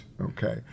Okay